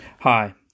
Hi